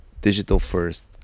digital-first